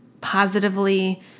positively